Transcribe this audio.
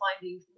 finding